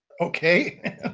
Okay